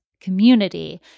community